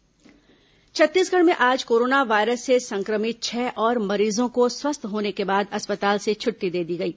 corona मरीज छत्तीसगढ़ में आज कोरोना वायरस से संक्रमित छह और मरीजों को स्वस्थ होने के बाद अस्पताल से छुट्टी दे दी गई